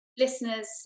listeners